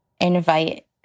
invite